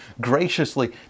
graciously